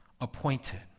appointed